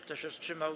Kto się wstrzymał?